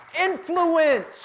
Influence